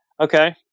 Okay